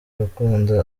rukundo